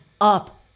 up